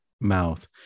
mouth